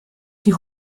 die